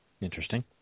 Interesting